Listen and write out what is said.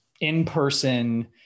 in-person